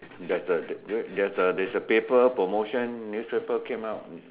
there's a there's a there's a paper promotion newspaper came out